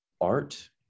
art